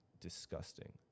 disgusting